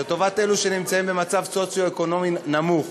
לטובת אלו שנמצאים במצב סוציו-אקונומי נמוך,